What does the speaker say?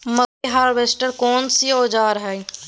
मकई हारवेस्टर केना सी औजार हय?